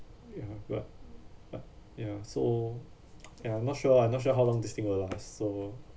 ya but but ya so and I'm not sure I'm not sure how long this thing will last so